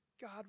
God